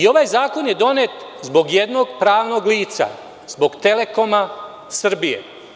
Ovaj zakon je donet zbog jednog pravnog lica, zbog „Telekoma Srbije“